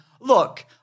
Look